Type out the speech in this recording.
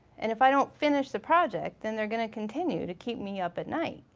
and if i don't finish the project, then they're gonna continue to keep me up at night.